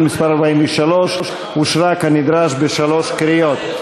מס' 43) אושרה כנדרש בשלוש קריאות.